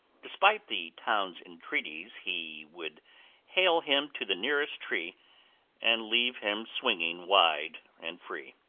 despite the town's entreaties, he would hale him to the nearest tree and leave him swinging wide and free.